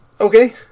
Okay